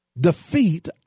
defeat